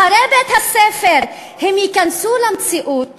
אחרי בית-הספר הם ייכנסו למציאות